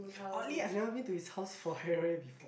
oddly I have never been to his house for Hari-Raya